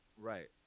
Right